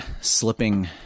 slipping